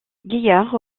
gaillard